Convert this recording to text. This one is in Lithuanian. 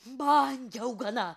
man jau gana